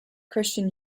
christian